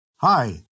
Hi